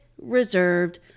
reserved